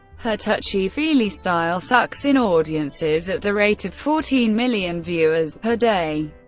her touchy-feely style sucks in audiences at the rate of fourteen million viewers per day.